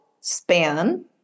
span